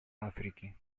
африки